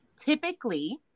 typically